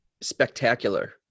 spectacular